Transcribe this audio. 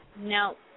No